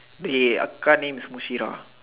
dey kakak name is Mushira